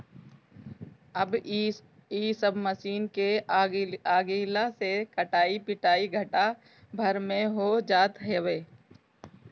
अब इ सब मशीन के आगइला से कटाई पिटाई घंटा भर में हो जात हवे